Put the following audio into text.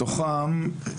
מתוכם,